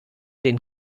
den